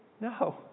No